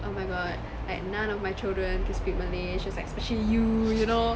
oh my god like none of my children can speak malay and she was like especially you you know